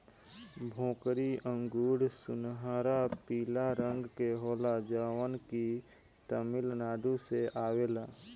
भोकरी अंगूर सुनहरा पीला रंग के होला जवन की तमिलनाडु से आवेला